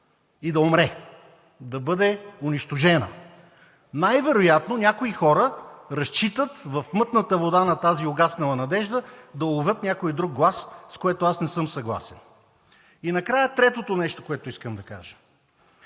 и да умре – да бъде унищожена. Най-вероятно някои хора разчитат в мътната вода на тази угаснала надежда да уловят някой и друг глас, с което аз не съм съгласен. Накрая третото нещо, което искам да кажа: